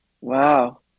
Wow